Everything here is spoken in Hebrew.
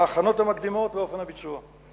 ההכנות המקדימות ואופן הביצוע.